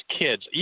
kids